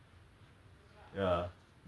!wah! !aiyo!